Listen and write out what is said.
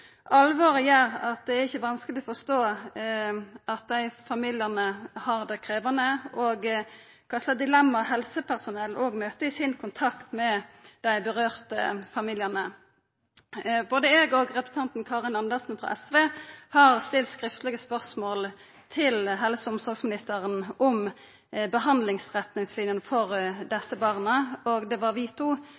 Alvoret gjer at det ikkje er vanskeleg å forstå både at dei familiane har det krevjande og kva slags dilemma helsepersonell møter i sin kontakt med dei råka familiane. Både eg og representanten Karin Andersen, frå SV, har stilt skriftlege spørsmål til helse- og omsorgsministeren om behandlingsretningslinjene for desse barna, og det var